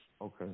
Okay